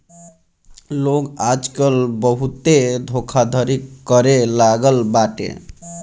लोग आजकल बहुते धोखाधड़ी करे लागल बाटे